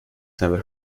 never